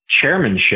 chairmanship